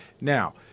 Now